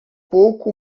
pouco